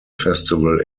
festival